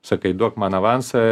sakai duok man avansą